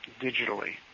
digitally